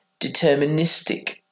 deterministic